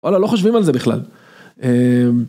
לא חושבים על זה בכלל.